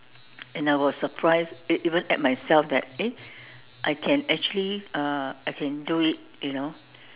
and I was surprised e~ even at myself that eh I can actually uh I can do it you know